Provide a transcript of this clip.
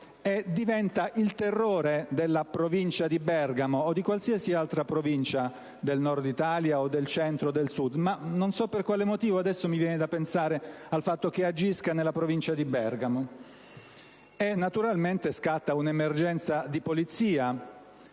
e diventa il terrore della provincia di Bergamo, come di qualsiasi altra provincia del Nord, del Centro o del Sud (ma non so per quale motivo mi viene da pensare che agisca nella provincia di Bergamo). Naturalmente, scatta un'emergenza di polizia,